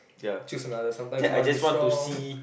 choose another sometimes you wanna be strong